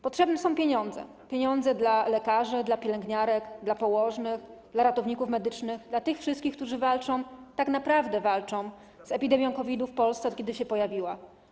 Potrzebne są pieniądze, pieniądze dla lekarzy, dla pielęgniarek, dla położnych, dla ratowników medycznych, dla tych wszystkich, którzy walczą, tak naprawdę walczą z epidemią COVID-u w Polsce, od kiedy się pojawiła.